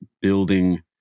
building